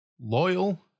loyal